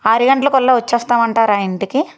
ఆరు గంటలకల్లా వచ్చేస్తామంటారా ఇంటికి